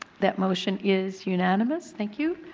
that motion is unanimous, thank you.